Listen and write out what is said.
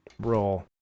Roll